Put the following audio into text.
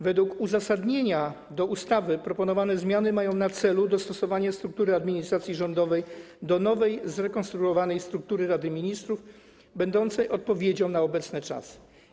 Według uzasadnienia do ustawy proponowane zmiany mają na celu dostosowanie struktury administracji rządowej do nowej, zrekonstruowanej struktury Rady Ministrów będącej odpowiedzią na obecne czasy.